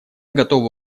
готова